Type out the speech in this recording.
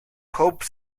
hope